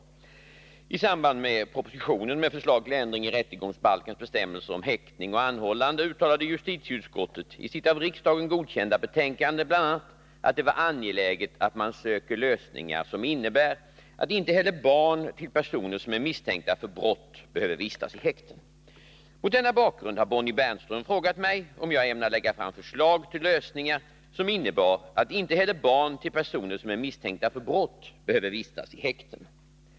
I samband med behandlingen av proposition 1980/81:201 med förslag till ändring i rättegångsbalkens bestämmelser om häktning och anhållande uttalade justitieutskottet i sitt av riksdagen godkända betänkande bl.a. att det var angeläget att man söker lösningar som innebär att inte heller barn till personer som är misstänkta för brott behöver vistas i häkten. Mot denna bakgrund har Bonnie Bernström frågat mig om jag ämnar lägga fram förslag till lösningar som innebär att inte heller barn till personer som är misstänkta för brott behöver vistas i häkten.